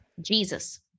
Jesus